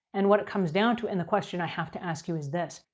and what it comes down to and the question i have to ask you is this.